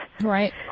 Right